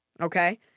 Okay